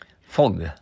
Fog